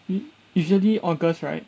usually august right